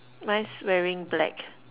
mine's wearing black